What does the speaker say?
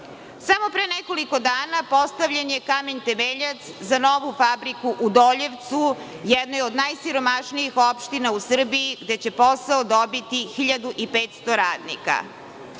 Samo pre nekoliko dana postavljen je kamen temeljac za novu fabriku u Doljevcu, jedne od najsiromašnijih opština u Srbiji, gde će posao dobiti 1.500 radnika.